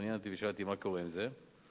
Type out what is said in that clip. התעניינתי ושאלתי מה קורה עם זה,